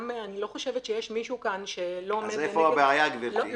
אני לא חושבת שיש מישהו כאן -- אז איפה הבעיה גברתי.